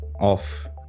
off